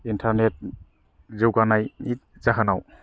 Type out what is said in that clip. internet जौगानायनि जाहोनाव